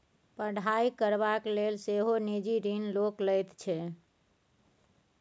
पढ़ाई करबाक लेल सेहो निजी ऋण लोक लैत छै